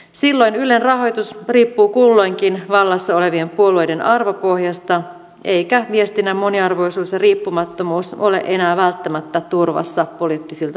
silloin ylen rahoitus riippuu kulloinkin vallassa olevien puolueiden arvopohjasta eivätkä viestinnän moniarvoisuus ja riippumattomuus ole enää välttämättä turvassa poliittisilta päätöksiltä